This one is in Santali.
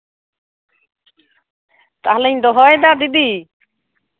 ᱛᱟᱦᱞᱮᱧ ᱫᱚᱦᱚᱭᱫᱟ ᱫᱤᱫᱤ